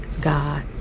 God